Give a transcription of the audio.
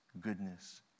goodness